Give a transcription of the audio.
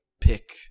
pick